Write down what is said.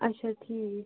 اچھا ٹھیٖک